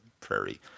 Prairie